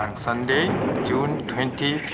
sunday june twenty